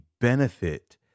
benefit